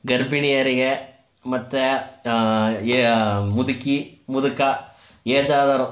ಗರ್ಭಿಣಿಯರಿಗೆ ಮತ್ತು ಏ ಮುದುಕಿ ಮುದುಕ ಏಜಾದವರು